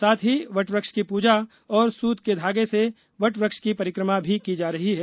साथ ही वटवृक्ष की पूजा और सुत के धागे से वटवृक्ष की परिक्रमा भी की जा रही है